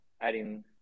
adding